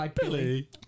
Billy